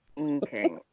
Okay